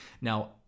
Now